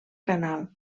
canal